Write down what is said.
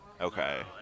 Okay